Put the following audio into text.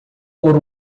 por